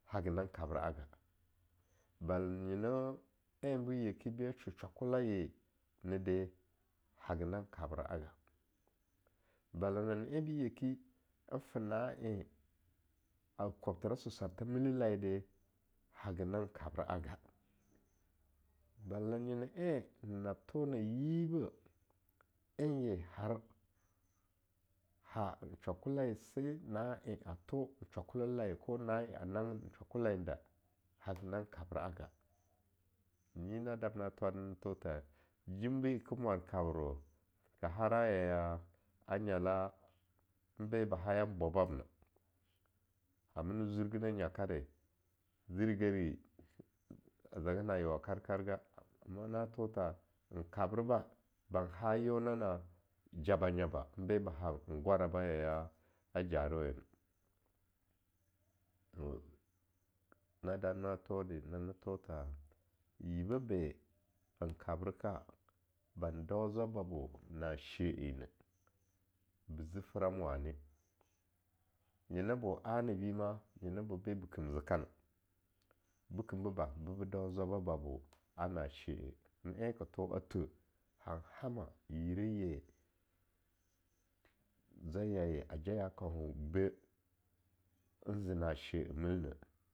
Haga nan kabra'aga bala nye no en bo yeki be sho shwakolaye de, haga nan kabra'aga, bala en be yeki a fona en a kobthere soswartha mile layede haga nan kabra'a ga, bala en nab tho na yibah en ye har ha shwakalaye se na en tho shwakolalaye ko na en a nangin shwakolalayen da haga nan kabra'a ga, nyi na damna na thowathajim be ka mwar kabre na ka hara ya be ba hayan bwababna, hame ne zurgineh nyakare, zirigeri a zaga na yeowa karkarga, amma na tho tha n kabreba ban ha yeonana jabanyaba be ba han gwaraba a jarowena na damna na thowa de nani tho tha yibeh be n kabreka ban dau zwab babo na she-eh neh be ze fram wane, nyina bo a-ni bima nyina bo be ba kim zeka na, bekem boba, bebo dau zwaba babo a na'a she-eh, nen ka tho a thweh han hama yireye, zwaiyaye ajaya kaupha beh nze na she-eh mil ne.